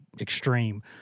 extreme